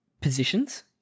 positions